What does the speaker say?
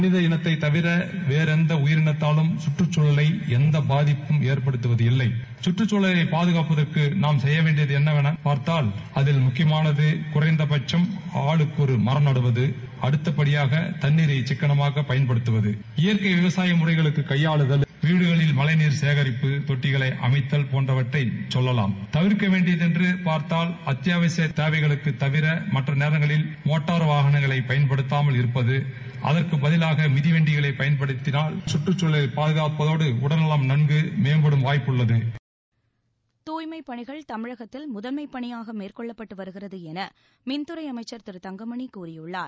மனித இனத்த தவிர வேறு எந்த உயிரினத்தாலும் கற்றச்சூழலால் எந்த பாதிப்பும் இல்லை கற்றக்குழலை பாதகாப்புற்கு நாம் செப்ய வேண்டியது என்னவென்று பார்த்தால் அதில் குறைந்தபட்சம் ஆளுக்கு ஒரு மாம் நடுவது அடுத்த டியாக தண்ணீரை சிக்களமாகப் பயன்படுத்தவது இயற்கை விவசாய முறைகளை கையாளுதல் வீடுகளில் மழைநீர் சேகரிப்பு தொட்டிகளை அமைத்தல் போன்றவற்றை கொல்லாம் தவிர்க்க வேண்டியது என்று பார்த்தால் அத்தியாவசிய தேவை தவிர மற்ற நேரம் சோட்டார் வாகனங்களை பயன்படுத்தாமல் இருப்பது அதற்கு பதிலாக மிதிவண்டிகளை பயன்படுத்தினால் கற்றுக்குழலை பாதகாப்பதோடு உடல்நலம் நன்கு மேற்படும் வாய்ப்புள்ளது துய்மைப் பணிகள் தமிழகத்தில் முதன்மைப் பணியாக மேற்கொள்ளப்பட்டு வருகிறது என மின்துறை அமைச்சர் திரு தங்கமணி கூறியுள்ளார்